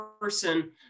person